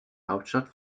hauptstadt